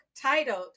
titled